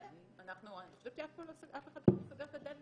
אני חושבת שאף אחד לא סוגר את הדלת